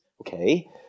okay